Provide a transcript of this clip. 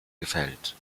gefällt